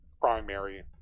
primary